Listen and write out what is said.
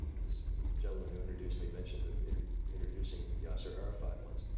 this gentleman who introduced me mentioned introducing yasser arafat once.